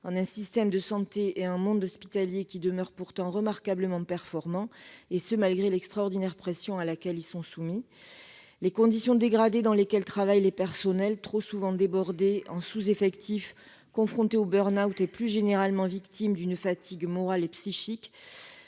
en un système de santé et un monde hospitalier qui demeurent pourtant remarquablement performants, et ce malgré l'extraordinaire pression à laquelle ils sont soumis. Les conditions dégradées dans lesquelles travaillent les personnels, trop souvent débordés, en sous-effectif, confronté au et, plus généralement, victimes d'une fatigue morale et psychique,